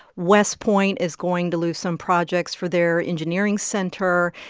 west point is going to lose some projects for their engineering center.